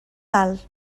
dalt